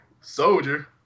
Soldier